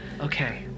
Okay